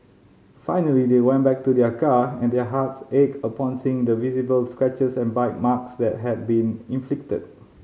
finally they went back to their car and their hearts ached upon seeing the visible scratches and bite marks that had been inflicted